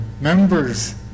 members